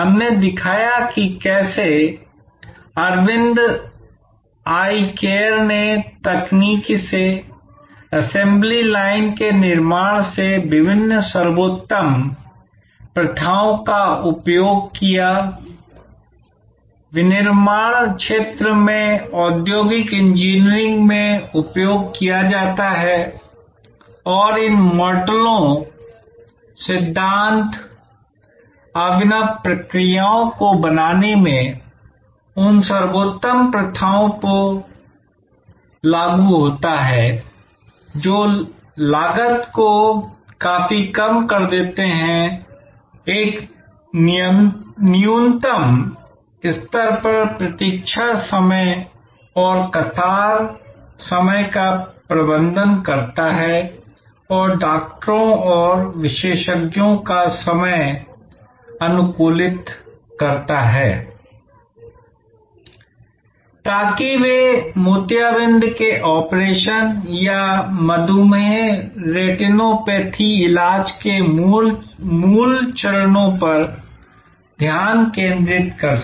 हमने देखा कि कैसे अरविंद आई केयर ने तकनीक से असेंबली लाइन के निर्माण से विभिन्न सर्वोत्तम प्रथाओं का उपयोग किया जिनको औद्योगिक इंजीनियरिंग में उत्पादन के लिए उपयोग किया जाता है और उन मॉडलों सिद्धांत उत्तम चलन का इस्तेमाल किया जिससे लागत में बहुत ज्यादा कमी हुईएक न्यूनतम स्तर पर प्रतीक्षा समय और कतार समय का प्रबंधन हुआ और चिकित्सकों और विशेषज्ञों का मुख्य समय अनुकूलित हुआI ताकि वे केवल मोतियाबिंद के ऑपरेशन या मधुमेह रेटिनोपैथी इलाज के मूल चरणों पर ध्यान केंद्रित कर सकें